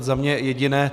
Za mne jediné.